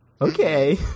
Okay